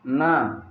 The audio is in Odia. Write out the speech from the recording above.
ନା